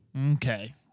Okay